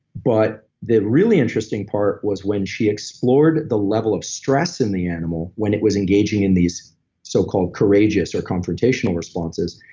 but the really interesting part was when she explored the level of stress in the animal when it was engaging in these so-called courageous or confrontational responses.